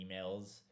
emails